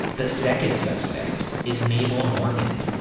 the second suspect is mabel normand,